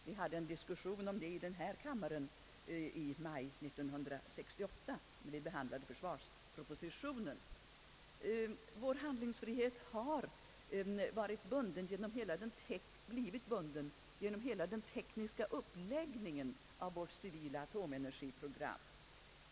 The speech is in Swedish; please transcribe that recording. Vi hade en diskussion om detta i denna kammare i maj 1968 när vi behandlade försvarspropositionen. Vår handlingsfrihet har blivit bunden genom hela den tekniska uppläggningen av vårt civila atomenergiprogram.